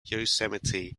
yosemite